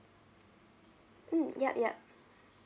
mm ya ya